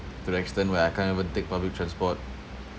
to the extent where I can't even take public transport